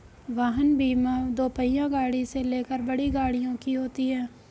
वाहन बीमा दोपहिया गाड़ी से लेकर बड़ी गाड़ियों की होती है